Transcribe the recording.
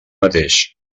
mateix